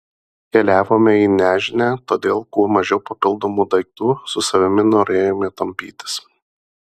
keliavome į nežinią todėl kuo mažiau papildomų daiktų su savimi norėjome tampytis